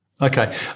Okay